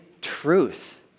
truth